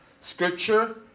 Scripture